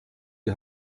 die